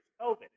COVID